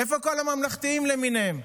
איפה כל הממלכתיים למיניהם?